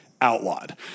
outlawed